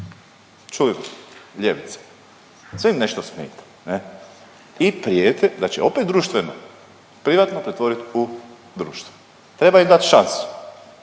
razumije./… ljevica, sve im nešto smeta ne i prijete da će opet društveno privatno pretvoriti u društveno. Treba im dati šansu